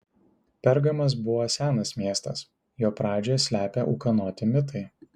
pergamas buvo senas miestas jo pradžią slepia ūkanoti mitai